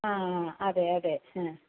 ആ അതെ അതെ ഹ്